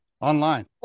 Online